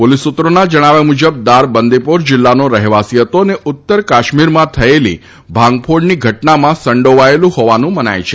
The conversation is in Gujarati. પોલીસ સૂત્રોના જણાવ્યા મુજબ દાર બંદીપોર જિલ્લાનો રહેવાસી હતો અને ઉત્તર કાશ્મીરમાં થયેલા ભાંગફોડની ઘટનામાં સંડોવાયેલો હોવાનું મનાય છે